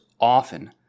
often